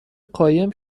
قایم